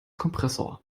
kompressor